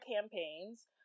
campaigns